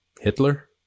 Hitler